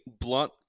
blunt